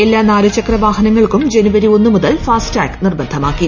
എല്ലാ നാലു ചക്ര വാഹനങ്ങൾക്കും ജനുവരി ഒന്ന് മുതൽ ഫാസ്ടാഗ് നിർബന്ധമാക്കി